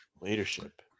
leadership